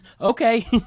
Okay